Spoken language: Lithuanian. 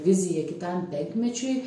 vizija kitam penkmečiui